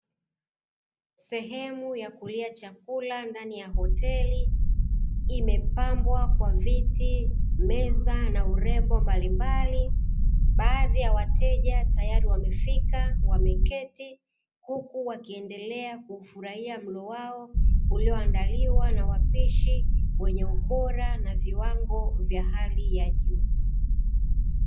Sehemu ya kulia chakula ndani ya hoteli, imepambwa kwa viti, meza na urembo mbalimbali, baadhi ya wateja tayari wamefika wameketi, huku wakiendelea kuufurahia mlo wao ulioandaliwa na wapishi wenye ubora na viwango vya juu.